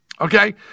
Okay